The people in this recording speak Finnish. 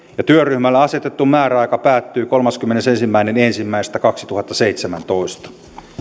työryhmälle asetettu määräaika päättyy kolmaskymmenesensimmäinen ensimmäistä kaksituhattaseitsemäntoista